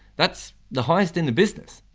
that's the highest in the business.